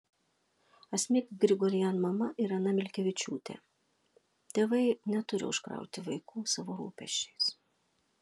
asmik grigorian mama irena milkevičiūtė tėvai neturi užkrauti vaikų savo rūpesčiais